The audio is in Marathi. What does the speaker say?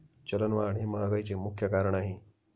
चलनवाढ हे महागाईचे मुख्य कारण आहे